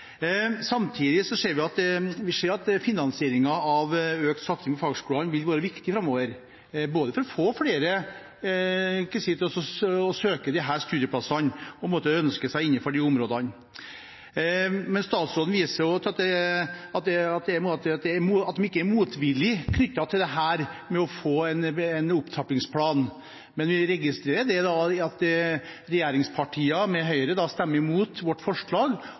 Samtidig ser vi at finansieringen av økt satsing på fagskolene vil være viktig framover for å få flere til å søke studieplassene og ønske seg innenfor disse områdene. Statsråden viser til at de ikke er motvillig med hensyn til å få en opptrappingsplan, men vi registrerer at regjeringspartiene stemmer imot vårt forslag